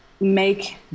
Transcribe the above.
make